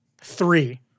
Three